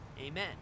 amen